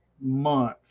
month